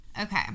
Okay